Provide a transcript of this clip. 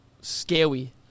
scary